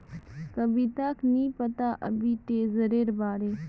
कविताक नी पता आर्बिट्रेजेर बारे